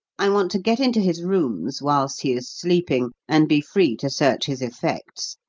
i want to get into his rooms whilst he is sleeping, and be free to search his effects.